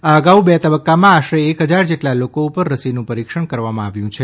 આ અગાઉ બે તબક્કામાં આશરે એક હજાર જેટલા લોકો ઉપર રસીનું પરીક્ષણ કરવામાં આવ્યું છે